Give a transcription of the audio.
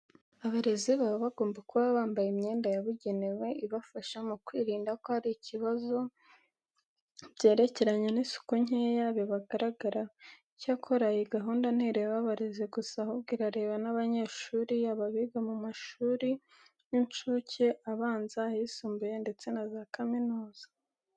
Abarezi baba bagomba kuba bambaye imyenda yabugenewe ibafasha mu kwirinda ko hari ibibazo byerekeranye n'isuku nkeya bibagaragaraho. Icyakora, iyi gahunda ntireba abarezi gusa ahubwo irareba n'abanyeshuri yaba abiga mu mashuri y'incuke, abanza, ayisumbuye ndetse na za kaminuza.